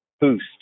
boost